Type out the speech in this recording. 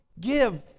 give